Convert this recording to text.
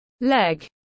leg